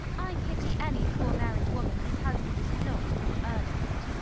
i pity any poor married woman whose husband is not called ernest.